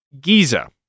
Giza